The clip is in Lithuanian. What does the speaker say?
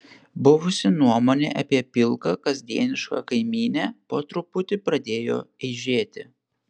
buvusi nuomonė apie pilką kasdienišką kaimynę po truputį pradėjo eižėti